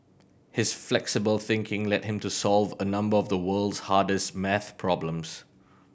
his flexible thinking led him to solve a number of the world's hardest maths problems